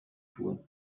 tun